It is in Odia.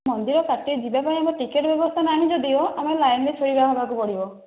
ମନ୍ଦିର ପାଖରେ ଯିବା ପାଇଁ ଆମର ଟିକେଟ ବ୍ୟବସ୍ଥା ନାହିଁ ଯଦିଓ ଆମେ ଲାଇନ ରେ ଛିଡ଼ା ହେବାକୁ ପଡ଼ିବ